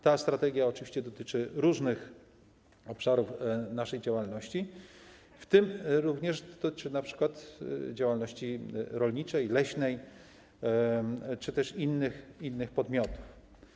Ta strategia oczywiście dotyczy różnych obszarów naszej działalności, w tym również np. działalności rolniczej, leśnej czy też innych podmiotów.